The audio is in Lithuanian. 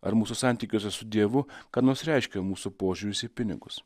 ar mūsų santykiuose su dievu ką nors reiškia mūsų požiūris į pinigus